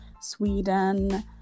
sweden